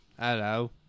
Hello